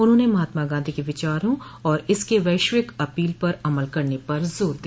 उन्होंने महात्मा गांधी के विचारों और इसके वैश्विक अपील पर अमल करने पर जोर दिया